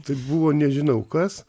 tai buvo nežinau kas